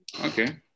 okay